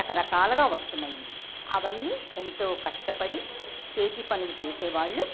రకరకాలగా వస్తన్నాయి అవన్నీ ఎంతో కష్టపడి చేతి పనులు చేసేవాళ్ళు